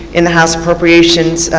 in-house appropriations